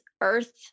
earth